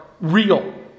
real